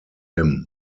him